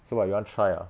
so what you want try ah